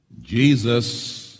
Jesus